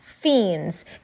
fiends